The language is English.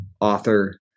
author